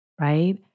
right